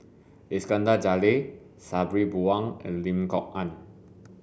Iskandar Jalil Sabri Buang and Lim Kok Ann